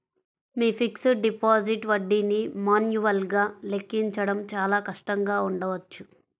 మీ fixed deposit వడ్డీని మాన్యువల్గా లెక్కించడం చాలా కష్టంగా ఉండవచ్చు